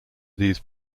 these